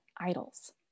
idols